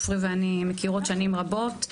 עפרי ואני מכירות שנים רבות.